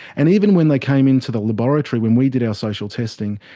and even when they came into the laboratory when we did our social testing,